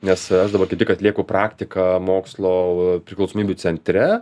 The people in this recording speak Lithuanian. nes aš dabar kaip tik atlieku praktiką mokslo priklausomybių centre